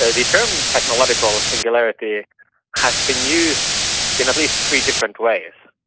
ah the term technological singularity has been used in at least three different ways.